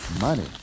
money